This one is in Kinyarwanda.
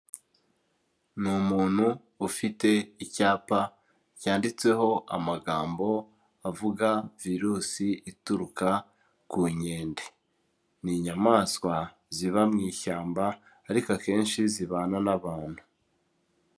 Ni umuntu ufite icyapa cyanditseho amagambo avuga virusi ituruka ku nkende, ni inyamaswa ziba mu ishyamba, ariko akenshi zibana n'abantu.